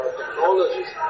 technologies